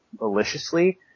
maliciously